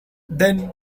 then